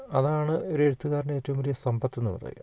അതാണ് ഒരു എഴുത്തുകാരൻ്റെ ഏറ്റവും വലിയ സമ്പത്ത് എന്നു പറയുക